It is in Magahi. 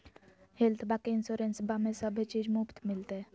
हेल्थबा के इंसोरेंसबा में सभे चीज मुफ्त मिलते?